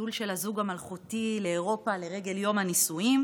והטיול של הזוג המלכותי לאירופה לרגל יום הנישואים,